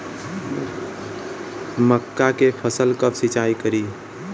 मका के फ़सल कब सिंचाई करी?